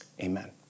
amen